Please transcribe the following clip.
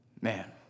Man